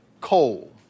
Coal